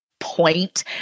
Point